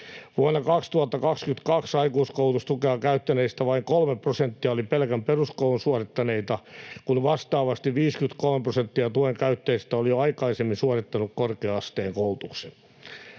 Vuonna 2022 aikuiskoulutustukea käyttäneistä vain 3 prosenttia oli pelkän peruskoulun suorittaneita, kun vastaavasti 53 prosenttia tuen käyttäjistä oli jo aikaisemmin suorittanut korkea-asteen koulutuksen.